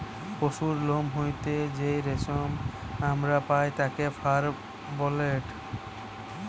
পশুর লোম হইতে যেই রেশম আমরা পাই তাকে ফার বলেটে